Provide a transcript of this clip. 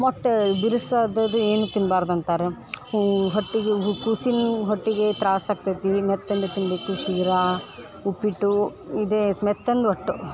ಮೊಟ್ಟ್ ಬಿರ್ಸಾದದ್ ಏನೂ ತಿನ್ಬಾರ್ದು ಅಂತಾರೆ ಹೂ ಹೊಟ್ಟೆಗ್ ಹು ಕೂಸಿನ ಹೊಟ್ಟೆಗೆ ತ್ರಾಸು ಆಗ್ತತಿ ಮೆತ್ತಂದು ತಿನ್ನಬೇಕು ಶಿರಾ ಉಪ್ಪಿಟ್ಟು ಇದೆ ಸ್ ಮೆತ್ತಂದು ಒಟ್ಟು